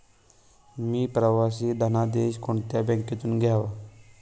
मी प्रवासी धनादेश कोणत्या बँकेतून घ्यावा?